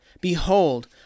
Behold